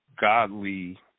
godly